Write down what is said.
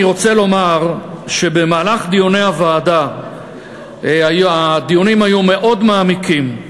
אני רוצה לומר שבמהלך דיוני הוועדה הדיונים היו מאוד מעמיקים.